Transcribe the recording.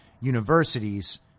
universities